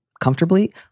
comfortably